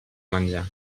menjar